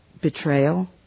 betrayal